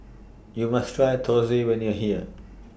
YOU must Try Thosai when YOU Are here